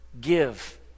give